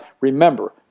remember